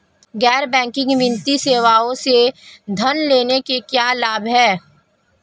गैर बैंकिंग वित्तीय सेवाओं से ऋण लेने के क्या लाभ हैं?